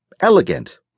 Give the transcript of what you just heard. elegant